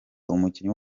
umukinnyi